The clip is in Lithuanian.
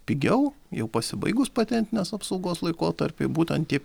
pigiau jau pasibaigus patentinės apsaugos laikotarpiui būtent tie